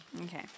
Okay